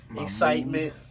Excitement